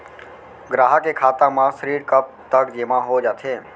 ग्राहक के खाता म ऋण कब तक जेमा हो जाथे?